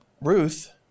Ruth